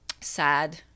sad